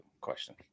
question